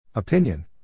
Opinion